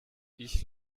ich